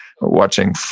watching